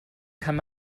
kann